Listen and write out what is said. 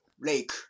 Lake